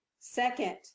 Second